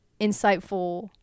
insightful